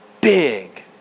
big